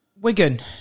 Wigan